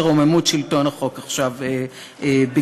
שרוממות שלטון החוק עכשיו בגרונם.